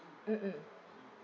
mm mm